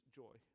joy